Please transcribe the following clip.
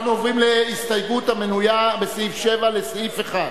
אנחנו עוברים להסתייגות מס' 7, לסעיף 1,